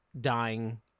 dying